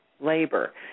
labor